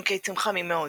עם קיצים חמים מאוד.